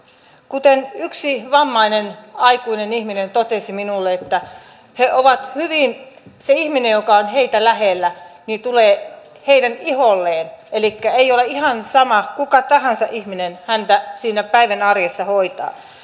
kuten yksi vammainen aikuinen ihminen totesi minulle se ihminen joka on heitä lähellä tulee heidän iholleen elikkä ei ole ihan sama kuka ihminen häntä siinä päivän arjessa hoitaa